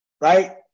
right